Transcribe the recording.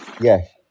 Yes